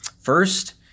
First